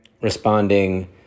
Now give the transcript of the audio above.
responding